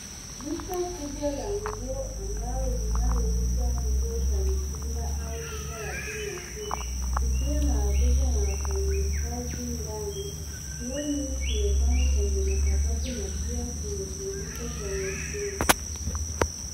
Duka kubwa la nguo ambao linalouza nguo za mitumba au duka la bei nafuu, likwa na wateja na wafanyikazi ndani. Nguo nyingi zimepangwa kwenye makabati na pia zimetundikwa kwenye stendi.